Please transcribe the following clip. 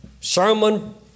Sermon